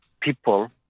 people